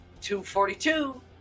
242